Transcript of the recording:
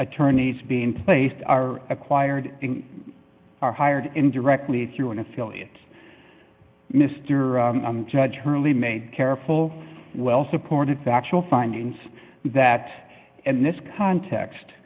attorneys being placed are acquired are hired indirectly through an affiliate mr judge hurley made careful well supported factual findings that in this context